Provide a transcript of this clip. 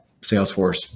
Salesforce